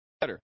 better